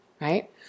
right